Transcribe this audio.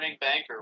banker